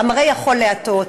המראה יכול להטעות.